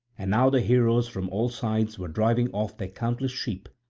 and now the heroes from all sides were driving off their countless sheep,